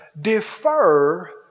defer